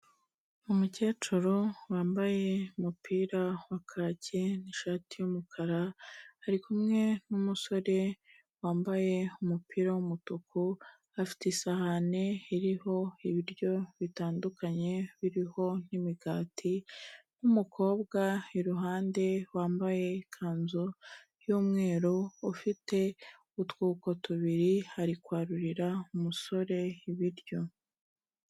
Umukecuru wambaye umupira wa kaki n'ishati y'umukara, ari kumwe n'umusore wambaye umupira w'umutuku, afite isahani iriho ibiryo bitandukanye biriho n'imigati, n'umukobwa iruhande wambaye ikanzu y'umweru ufite utwuko tubiri, ari kwarurira umusore ibiryo.